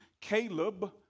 Caleb